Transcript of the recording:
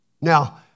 Now